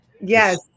Yes